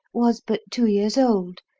was but two years old,